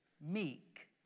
Meek